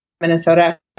Minnesota